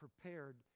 prepared